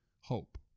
hope